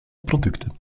producten